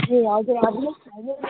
ए हजुर